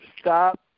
stop